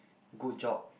good job